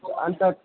अन्त